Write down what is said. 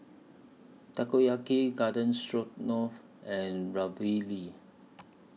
Takoyaki Garden Stroganoff and Ravioli